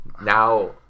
Now